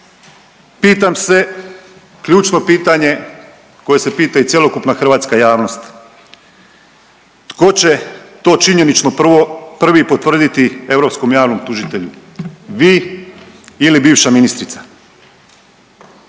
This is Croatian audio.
Pitam se, ključno pitanje koje se pita i cjelokupna hrvatska javnost. Tko će to činjenično prvo, prvi potvrditi Europskom javnom tužitelju, vi ili bivša ministrica?